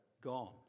gone